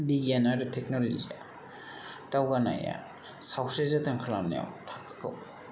बिगियान आरो टेक्न'लजि या दावगानाया सावस्रि जोथोन खालामनायाव थाखोखौ